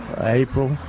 April